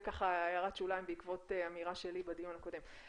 זו הערת שוליים בעקבות אמירה שלי בדיון הקודם.